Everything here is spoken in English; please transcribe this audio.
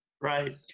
right